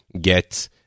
get